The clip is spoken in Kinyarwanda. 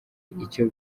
icyo